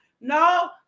no